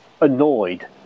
annoyed